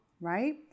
right